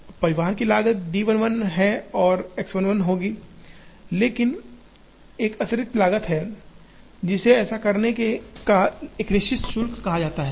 अब परिवहन की लागत d 1 1 और X 1 1 होगी लेकिन एक अतिरिक्त लागत है जिसे ऐसा करने का एक निश्चित शुल्क कहा जाता है